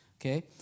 Okay